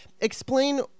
explain